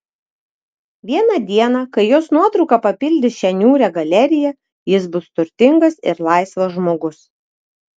vieną dieną kai jos nuotrauka papildys šią niūrią galeriją jis bus turtingas ir laisvas žmogus